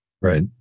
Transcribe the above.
Right